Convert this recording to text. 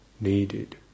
needed